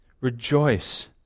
rejoice